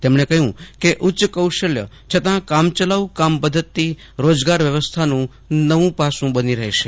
તેમણે કહ્યું કે ઉચ્ચ કૌશલ્ય છતાં કામચલાઉ કામ પદ્ધતિ રોજગાર વ્યવસ્થાનું નવું પાસું બની રહેશે